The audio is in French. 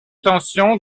tension